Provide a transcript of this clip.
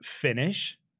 finish